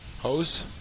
Hose